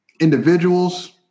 Individuals